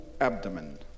abdomen